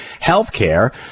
Healthcare